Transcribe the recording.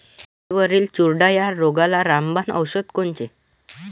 मिरचीवरील चुरडा या रोगाले रामबाण औषध कोनचे?